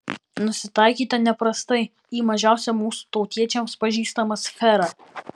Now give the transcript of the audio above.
nusitaikyta neprastai į mažiausią mūsų tautiečiams pažįstamą sferą